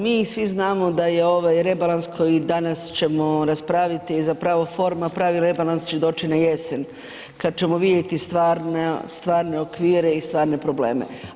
Mi svi znamo da je ovaj rebalans koji danas ćemo raspraviti je zapravo forma, pravi rebalans će doći na jesen, kad ćemo vidjeti stvarne okvire i stvarne probleme.